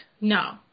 No